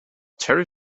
terry